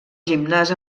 gimnàs